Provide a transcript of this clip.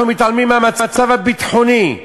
אנחנו מתעלמים מהמצב הביטחוני,